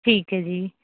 ਠੀਕ ਹੈ ਜੀ